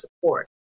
support